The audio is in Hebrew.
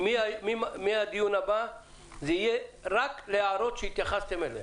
מהדיון הבא זה יהיה רק להערות שהתייחסתם אליהן.